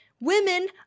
Women